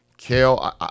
Kale